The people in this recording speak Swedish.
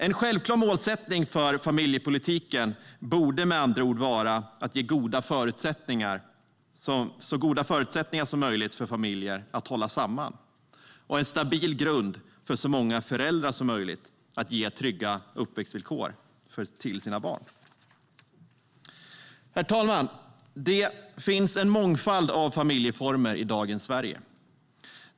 En självklar målsättning för familjepolitiken borde med andra ord vara att ge så goda förutsättningar som möjligt för familjer att hålla samman och en stabil grund för så många föräldrar som möjligt att ge trygga uppväxtvillkor till sina barn. Herr talman! Det finns en mångfald av familjeformer i dagens Sverige.